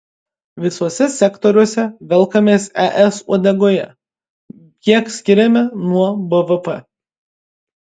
visuose sektoriuose velkamės es uodegoje kiek skiriame nuo bvp